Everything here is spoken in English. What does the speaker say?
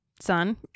Son